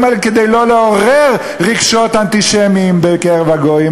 האלה כדי לא לעורר רגשות אנטישמיים בקרב הגויים,